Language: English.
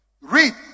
Read